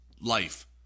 life